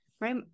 Right